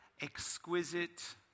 exquisite